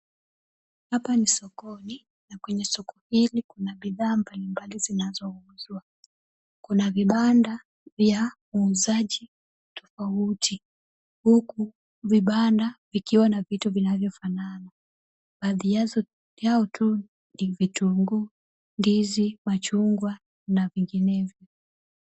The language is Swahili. Hapa ni sokoni na kwenye soko hili kuna bidhaa mbalimbali zinazouzwa. Kuna vibanda vya wauzaji tofauti, huku vibanda vikiwa na vitu vinavyofanana. Baadhi yao tu ni vitunguu, ndizi, machungwa na vinginevyo.